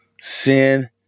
sin